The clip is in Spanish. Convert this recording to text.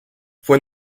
fue